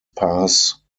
pass